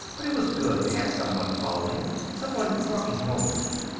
but it was good to have someone following, someone walking home with you.